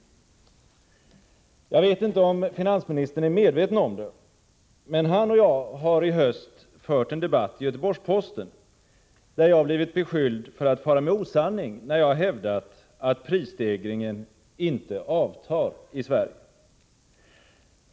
Kjell-Olof Feldt och jag har i höst fört en debatt i Göteborgs-Posten där jag har blivit beskylld för att fara med osanning när jag har hävdat att prisstegringen inte avtar i Sverige.